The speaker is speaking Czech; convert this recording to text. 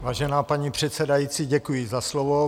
Vážená paní předsedající, děkuji za slovo.